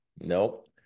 Nope